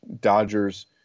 Dodgers